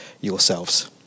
yourselves